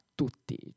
tutti